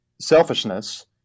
selfishness